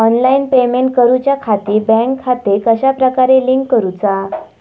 Online payment करुच्याखाती bank खाते कश्या प्रकारे लिंक करुचा?